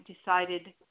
decided